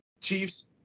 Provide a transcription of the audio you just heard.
chiefs